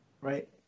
Right